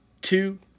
two